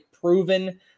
proven